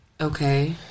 Okay